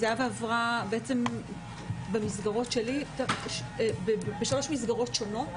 זהבה עברה בעצם במסגרות שלי בשלוש מסגרות שונות,